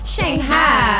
Shanghai